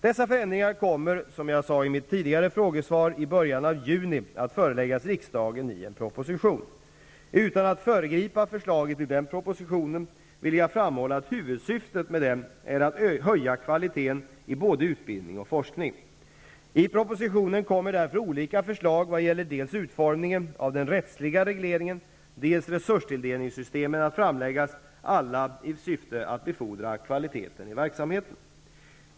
Dessa förändringar kommer i början av juni att föreläggas riksdagen i en proposition. Utan att föregripa förslagen i denna proposition vill jag framhålla att huvudsyftet är att höja kvaliteten i både utbildning och forskning. I propositionen kommer därför olika förslag vad gäller dels utformningen av den rättsliga regleringen, dels resurstilldelningssystemen att framläggas, alla i syfte att befordra kvaliteten i verksamheten.